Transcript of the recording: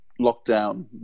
lockdown